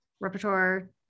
repertoire